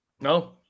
No